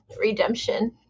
redemption